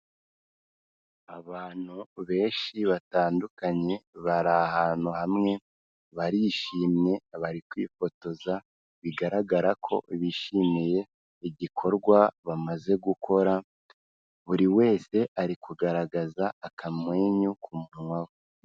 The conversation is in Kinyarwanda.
Abantu benshi batandukanye bari ahantu hamwe barishimye bari kwifotoza bigaragara ko bishimiye igikorwa bamaze gukora, buri wese ari kugaragaza akamwenyu ku munwa we.